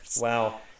Wow